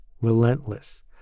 relentless